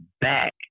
back